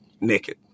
naked